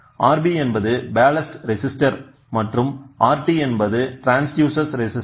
எனவேRb என்பது ballast resistor மற்றும் Rt என்பது ட்ரான்ஸ்டியூசர் ரெஸிஸ்டர்